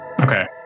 Okay